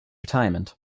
retirement